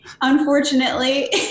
unfortunately